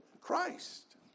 Christ